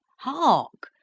hark,